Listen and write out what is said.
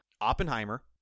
Oppenheimer